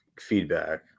feedback